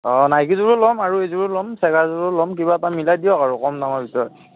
অঁ নাইকীযোৰো ল'ম আৰু এইযোৰো ল'ম ফেডাৰযোৰো ল'ম কিবা এটা মিলাই দিয়ক আৰু কম দামৰ ভিতৰত